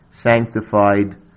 sanctified